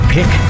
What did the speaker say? Pick